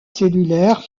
cellulaire